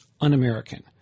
un-American